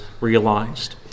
realized